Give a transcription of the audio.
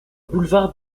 boulevard